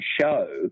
show